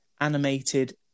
animated